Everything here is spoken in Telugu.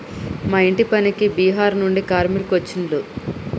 మా ఇంటి పనికి బీహార్ నుండి కార్మికులు వచ్చిన్లు